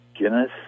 Guinness